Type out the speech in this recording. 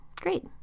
great